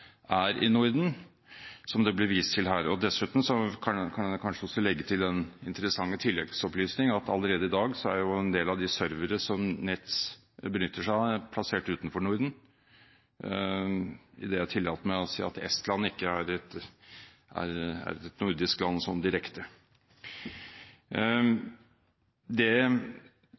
er i Norden, som det ble vist til her. Dessuten kan jeg også legge til den interessante tilleggsopplysning at allerede i dag er en del av de servere som Nets benytter seg av, plassert utenfor Norden – idet jeg tillater meg å si at Estland ikke direkte er et nordisk land. Det som selvfølgelig er riktig, er at norske tilsynsmyndigheter må følge opp de norske bankene, og det